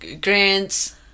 Grant's